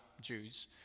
Jews